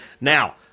Now